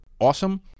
awesome